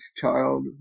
child